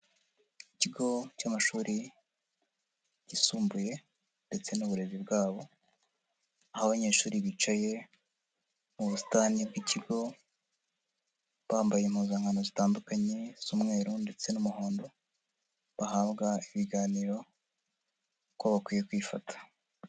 Ikigo cy'amashuri kisumbuye ndetse n'uburezi bwabo aho abanyeshuri bicaye mu busitani bw'ikigo bambaye impuzankano zitandukanye z'umweru ndetse n'umuhondo bahabwa ibiganiro uko bakwiye kwifata.